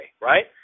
right